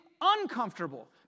uncomfortable